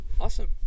awesome